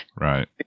right